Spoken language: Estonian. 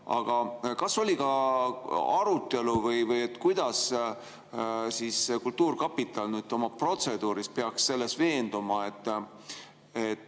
Aga kas oli ka arutelu [sellest] või kuidas kultuurkapital oma protseduuris peaks selles veenduma, et